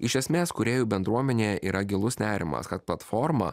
iš esmės kūrėjų bendruomenėje yra gilus nerimas kad platforma